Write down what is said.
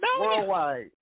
Worldwide